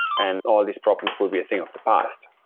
and all these problems will be a thing of the past.